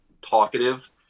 talkative